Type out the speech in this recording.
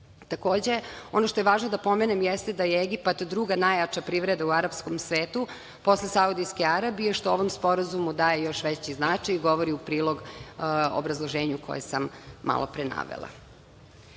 ono što je važno da pomenem jeste da je Egipat druga najveća privreda u arapskom svetu, posle Saudijske Arabije, što ovom sporazumu daje veći značaj i govori u prilog obrazloženju koje sam malopre navela. Drugi